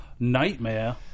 Nightmare